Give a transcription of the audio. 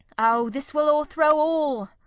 o, this will o'erthrow all.